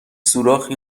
سوراخی